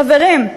חברים,